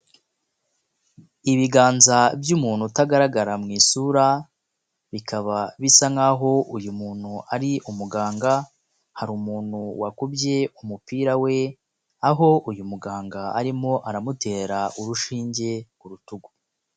Ibiganza by'umuntu utagaragara mu isura, bikaba bisa nk'aho uyu muntu ari umuganga, hari umuntu wakubye umupira we, aho uyu muganga arimo aramutera urushinge ku rutugu.